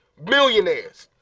millionaires,